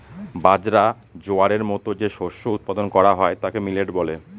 বাজরা, জোয়ারের মতো যে শস্য উৎপাদন করা হয় তাকে মিলেট বলে